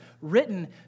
written